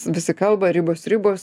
visi kalba ribos ribos